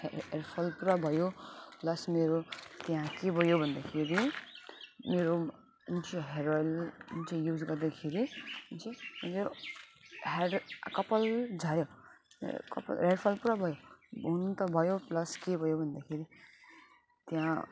हे हेयरफल पुरा भयो प्लस मेरो त्यहाँ के भयो भन्दाखेरि मेरो जुन चाहिँ हेयर अइल जुन चाहिँ युज गर्दाखेरि हेयर कपाल झऱ्यो कपाल हेयरफल पुरा भयो हुन त भयो प्लस के भयो भन्दाखेरि त्यहाँ